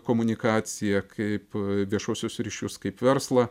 komunikaciją kaip viešuosius ryšius kaip verslą